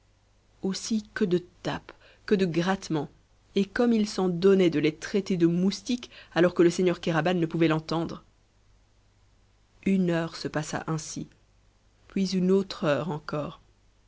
aussi que de tapes que de grattements et comme il s'en donnait de les traiter de moustiques alors que le seigneur kéraban ne pouvait l'entendre une heure se passa ainsi puis une autre heure encore